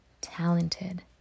talented